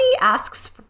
asks